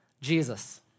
Jesus